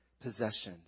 possessions